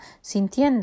sintiendo